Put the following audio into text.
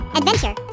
adventure